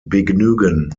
begnügen